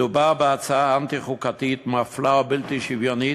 מדובר בהצעה אנטי-חוקתית, מפלה ובלתי שוויונית,